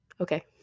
Okay